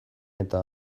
eta